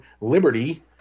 liberty